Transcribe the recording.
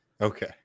Okay